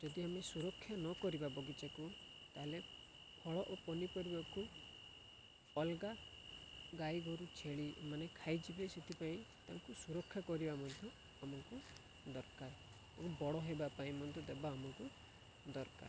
ଯଦି ଆମେ ସୁରକ୍ଷା ନ କରିବା ବଗିଚାକୁ ତାହେଲେ ଫଳ ଓ ପନିପରିବାକୁ ଅଲଗା ଗାଈ ଗୋରୁ ଛେଳି ମାନେ ଖାଇଯିବେ ସେଥିପାଇଁ ତାଙ୍କୁ ସୁରକ୍ଷା କରିବା ମଧ୍ୟ ଆମକୁ ଦରକାର ଏବଂ ବଡ଼ ହେବା ପାଇଁ ମଧ୍ୟ ଦେବା ଆମକୁ ଦରକାର